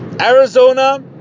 Arizona